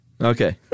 Okay